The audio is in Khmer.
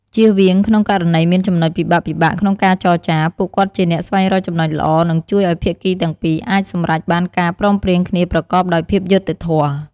ជៀសវាង ក្នុងករណីមានចំណុចពិបាកៗក្នុងការចរចា ពួកគាត់ជាអ្នកស្វែងរកចំណុចល្អ និងជួយឱ្យភាគីទាំងពីរអាចសម្រេចបានការព្រមព្រៀងគ្នាប្រកបដោយភាពយុត្តិធម៌។